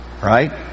Right